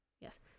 Yes